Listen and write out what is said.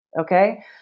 Okay